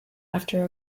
after